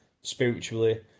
spiritually